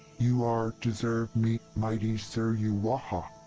you are deserve meet mighty suruwaha.